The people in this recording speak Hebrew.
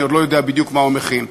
אני עוד לא יודע בדיוק מה הוא מכין.